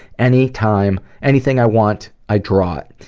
anytime, anything i want, i draw it.